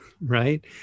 right